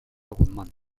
guzmán